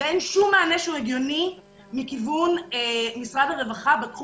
ואין שום מענה שהוא הגיוני מכיוון משרד הרווחה בתחום